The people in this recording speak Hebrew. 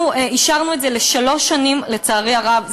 אנחנו אישרנו את זה לשלוש שנים, לצערי הרב.